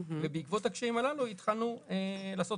ובעקבות הקשיים הללו התחלנו לעשות